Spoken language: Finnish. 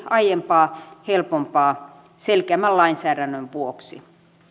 aiempaa helpompaa selkeämmän lainsäädännön vuoksi